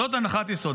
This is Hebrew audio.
זאת הנחת יסוד.